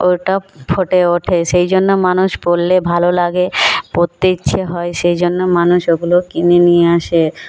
ওটা ফুটে ওঠে সেই জন্য মানুষ পরলে ভালো লাগে পরতে ইচ্ছে হয় সেই জন্য মানুষ ওগুলো কিনে নিয়ে আসে